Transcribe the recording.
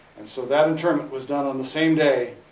and so that internment was done on the same day,